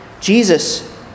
Jesus